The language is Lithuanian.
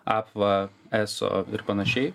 apva eso ir panašiai